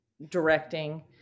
Directing